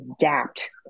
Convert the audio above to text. adapt